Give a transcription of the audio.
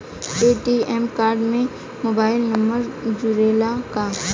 ATM card में mobile number जुरेला का?